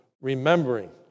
remembering